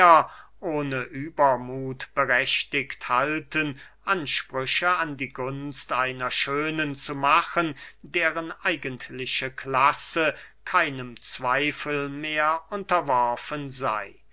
ohne übermuth berechtigt halten ansprüche an die gunst einer schönen zu machen deren eigentliche klasse keinem zweifel mehr unterworfen sey